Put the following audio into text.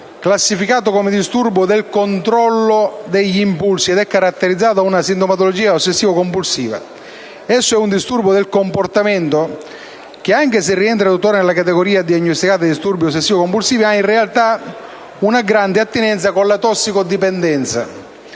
classificato come un disturbo del controllo degli impulsi ed è caratterizzato da una sintomatologia ossessivo-compulsiva. Esso è un disturbo del comportamento che, anche se rientra tuttora nella categoria diagnostica dei disturbi ossessivo-compulsivi, ha in realtà una grande attinenza con la tossicodipendenza,